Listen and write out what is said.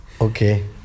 Okay